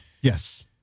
yes